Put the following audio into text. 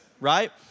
right